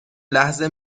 لحظه